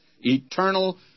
Eternal